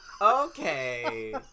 okay